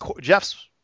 Jeff's